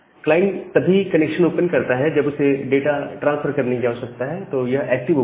client तभी connection open करता है जब उसे डाटा ट्रांसफर करने की आवश्यकता है तो यह एक्टिव ओपन है